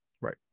Right